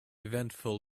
eventful